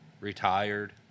retired